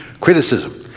criticism